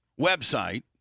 website